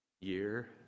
Year